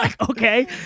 Okay